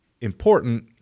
important